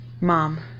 Mom